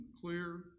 clear